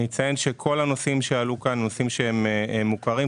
אני אציין שכל הנושאים שעלו כאן הם נושאים שהם מוכרים.